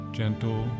gentle